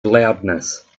loudness